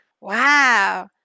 Wow